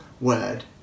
word